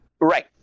right